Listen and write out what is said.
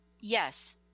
Yes